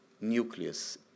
nucleus